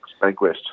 Bankwest